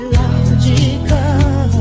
logical